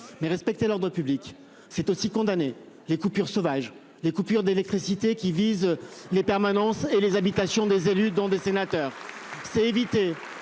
mais respecter l'ordre public c'est aussi condamné les coupures sauvages des coupures d'électricité qui vise les permanences et les habitations des élus dans des. Sénateur c'est éviter